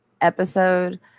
episode